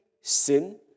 sin